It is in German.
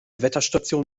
wetterstation